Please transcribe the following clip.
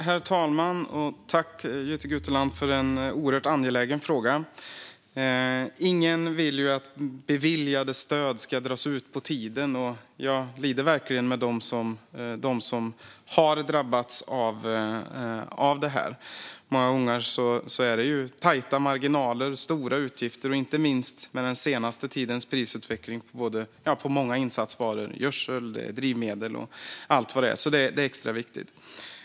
Herr talman! Jag tackar Jytte Guteland för en oerhört angelägen fråga. Ingen vill att beviljade stöd ska dra ut på tiden. Och jag lider verkligen med dem som har drabbats av detta. Många gånger är det tajta marginaler och stora utgifter, inte minst i och med den senaste tidens prisutveckling på många insatsvaror - gödsel, drivmedel och så vidare. Det är extra viktigt.